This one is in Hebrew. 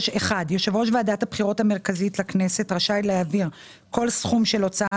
1. "יושב-ראש ועדת הבחירות המרכזית לכנסת רשאי להעביר כל סכום של הוצאה